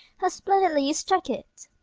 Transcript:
how splendidly you stuck it!